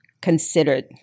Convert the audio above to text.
considered